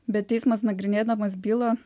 bet teismas nagrinėdamas bylą